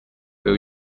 will